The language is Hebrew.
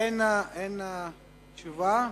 אין תשובה.